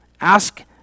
ask